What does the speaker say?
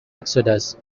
exodus